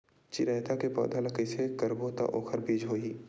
चिरैता के पौधा ल कइसे करबो त ओखर बीज होई?